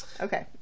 Okay